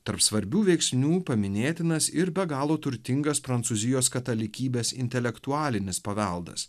tarp svarbių veiksnių paminėtinas ir be galo turtingas prancūzijos katalikybės intelektualinis paveldas